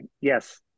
yes